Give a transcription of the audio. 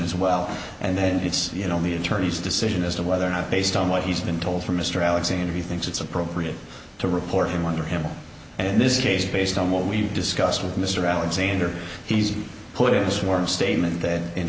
as well and then it's you know the attorney's decision as to whether or not based on what he's been told from mr alexander he thinks it's appropriate to report him under him and in this case based on what we've discussed with mr alexander he's put in a sworn statement that in